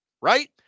Right